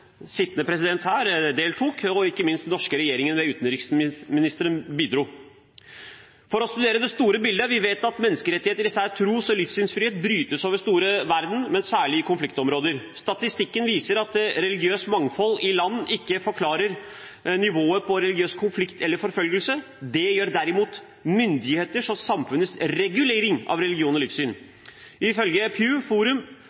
her nå, deltok, og hvor ikke minst den norske regjeringen ved utenriksministeren bidro. For å studere det store bildet: Vi vet at menneskerettigheter, især tros- og livssynsfrihet, brytes over store deler av verden, men særlig i konfliktområder. Statistikken viser at religiøst mangfold i et land ikke forklarer nivået på religiøs konflikt eller forfølgelse, det gjør derimot myndighetenes og samfunnets regulering av religion og livssyn. Ifølge Pew forum